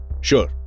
Sure